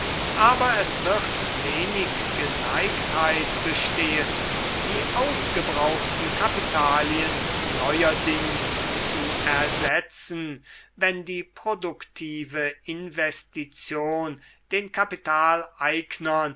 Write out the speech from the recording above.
aber es wird wenig geneigtheit bestehen die ausgebrauchten kapitalien neuerdings zu ersetzen wenn die produktive investition den